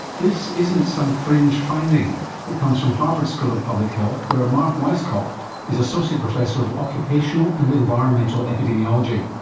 this isn't some fringe finding it comes from harvard school of public health where marc weisskopf is associate professor of occupational and environmental epidemiology.